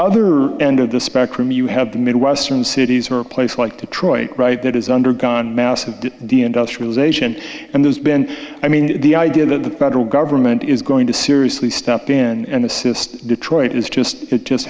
other end of the spectrum you have the midwestern cities or a place like to troy right that has undergone massive the industrialization and there's been i mean the idea that the federal government is going to seriously step in and assist detroit is just it just